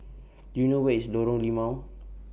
Do YOU know Where IS Lorong Limau